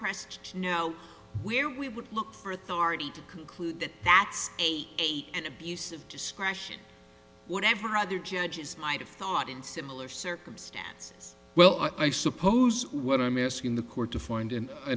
pressed to know where we would look for authority to conclude that that's eight an abuse of discretion whatever other judges might have thought in similar circumstances well i suppose what i'm asking the court to find and i